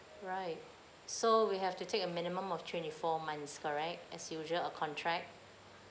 right so we have to take a minimum of twenty four months correct as usual a contract